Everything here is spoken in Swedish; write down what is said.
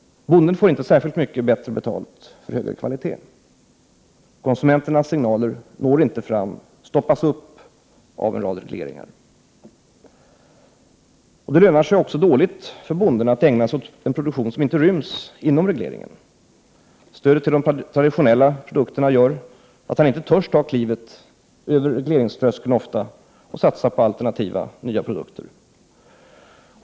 Bonden får inte särskilt mycket bättre betalt för högre kvalitet. Konsumenternas signaler når inte fram, de stoppas upp av en rad regleringar. Det lönar sig också dåligt för bonden att ägna sig åt produktion som inte ryms inom regleringen. Stödet till de traditionella produkterna gör att han ofta inte vågar ta klivet över regleringströskeln och satsa på nya alternativa produkter.